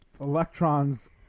Electrons